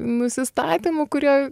nusistatymų kurie